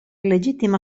legittima